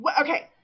Okay